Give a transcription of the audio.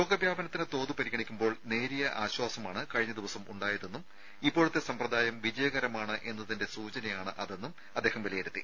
രോഗവ്യാപനത്തിന്റെ തോത് പരിഗണിക്കുമ്പോൾ നേരിയ ആശ്വാസമാണ് കഴിഞ്ഞ ദിവസം ഉണ്ടായതെന്നും ഇപ്പോഴത്തെ സമ്പ്രദായം വിജയകരമാണ് എന്നതിന്റെ സൂചനയാണ് അതെന്നും അദ്ദേഹം വിലയിരുത്തി